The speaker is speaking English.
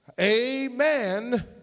Amen